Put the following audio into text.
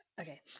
okay